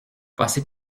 passer